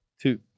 two